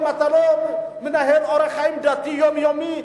אם אתה לא מנהל אורח חיים דתי יומיומי,